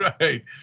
Right